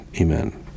Amen